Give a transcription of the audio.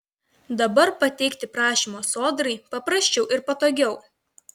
dabar pateikti prašymą sodrai paprasčiau ir patogiau